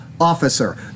officer